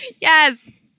Yes